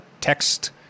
text